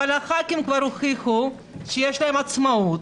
אבל חברי הכנסת כבר הוכיחו שיש להם עצמאות